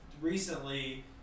recently